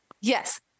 Yes